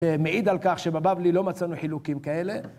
מעיד על כך שבבבלי לא מצאנו חילוקים כאלה.